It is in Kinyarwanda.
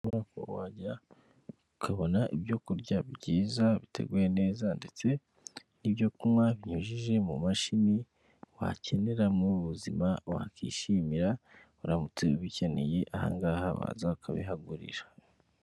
Aho wajya ukabona ibyokurya byiza biteguye neza ndetse n'ibyo kunywa binyujije mu mashini, wakenera mu buzima wakwishimira uramutse ubikeneye ahangaha waza ukabihagurira.